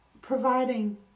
providing